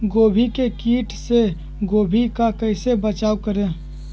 गोभी के किट से गोभी का कैसे बचाव करें?